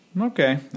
Okay